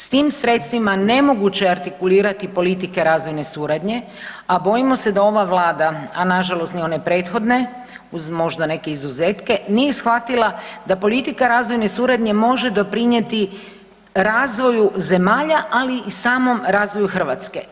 S tim sredstvima nemoguće je artikulirati politike razvojne suradnje, a bojimo se da ova Vlada, a na žalost ni one prethodne uz možda neke izuzetke nije shvatila da politika razvojne suradnje može doprinijeti razvoju zemalja ali i samom razvoju Hrvatske.